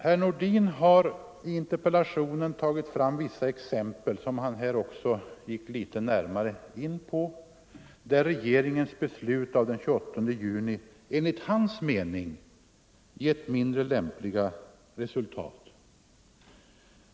Herr Nordin har i interpellationen tagit fram vissa exempel, som han här också gick litet närmare in på, där regeringens beslut av den 28 juni enligt hans mening gett mindre lämpliga resultat.